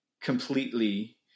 completely